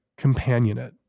companionate